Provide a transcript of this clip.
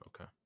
Okay